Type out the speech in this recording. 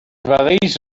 vedells